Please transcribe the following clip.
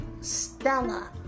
Stella